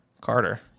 Carter